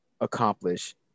accomplish